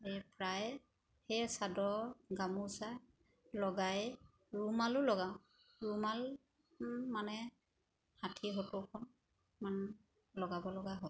এই প্ৰায় সেই চাদৰ গামোচা লগায়ে ৰুমালো লগাওঁ ৰুমাল মানে ষাঠি সত্তৰখন মান লগাব লগা হয়